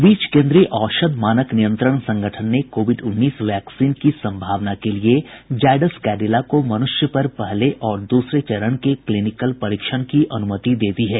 इस बीच केंद्रीय औषध मानक नियंत्रण संगठन ने कोविड उन्नीस वैक्सीन की संभावना के लिए जायड्स कैडिला को मनुष्य पर पहले और दूसरे चरण के क्लीनिकल परीक्षण की अनुमति दे दी है